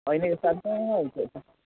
होइन यो साल